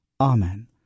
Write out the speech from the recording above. Amen